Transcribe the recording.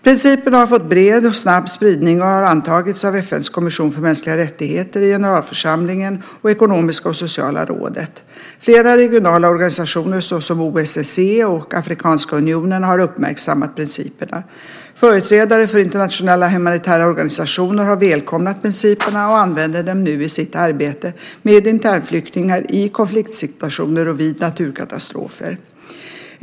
Principerna har fått bred och snabb spridning och har antagits av FN:s kommission för mänskliga rättigheter, generalförsamlingen och ekonomiska och sociala rådet. Flera regionala organisationer, såsom OSSE och Afrikanska unionen, har uppmärksammat principerna. Företrädare för internationella humanitära organisationer har välkomnat principerna och använder dem nu i sitt arbete med internflyktingar i konfliktsituationer och vid naturkatastrofer.